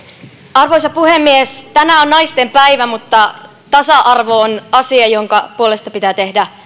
arvoisa puhemies tänään on naistenpäivä mutta tasa arvo on asia jonka puolesta pitää tehdä